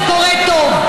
זה קורה טוב,